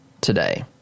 today